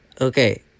Okay